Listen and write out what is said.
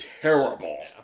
terrible